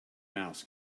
mouse